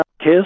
Kiss